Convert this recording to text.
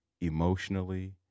emotionally